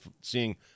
seeing